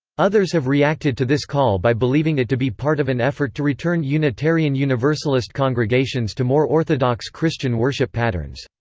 others have reacted to this call by believing it to be part of an effort to return unitarian universalist congregations to more orthodox christian worship patterns.